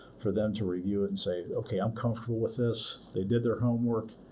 for them to review it and say, okay, i'm comfortable with this. they did their homework.